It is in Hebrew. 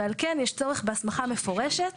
ועל כן יש צורך בהסמכה מפורשת